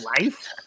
life